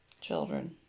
Children